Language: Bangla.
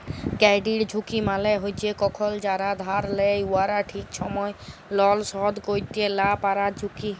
কেরডিট ঝুঁকি মালে হছে কখল যারা ধার লেয় উয়ারা ঠিক ছময় লল শধ ক্যইরতে লা পারার ঝুঁকি